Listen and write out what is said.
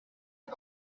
you